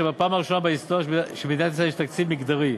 שבפעם הראשונה בהיסטוריה של מדינת ישראל יש תקציב מגדרי.